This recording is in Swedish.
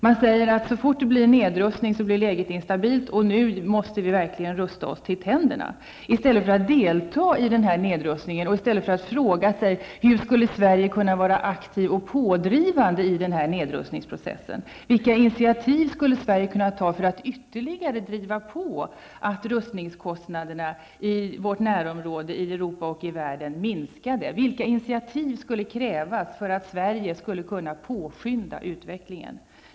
Man säger att så fort det blir nedrustning, blir läget instabilt och vi verkligen måste rusta oss till tänderna, i stället för att delta i denna nedrustning och fråga sig hur Sverige skall kunna vara aktivt och pådrivande i denna nedrustningsprocess, vilka initiativ Sverige skulle kunna ta för att ytterligare driva på att rustningskostnaderna i vårt närområde, i Europa och i världen, minskade vilka initiativ som krävs för att Sverige skulle kunna påskynda utvecklingen.